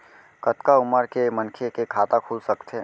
कतका उमर के मनखे के खाता खुल सकथे?